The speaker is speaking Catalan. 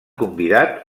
convidat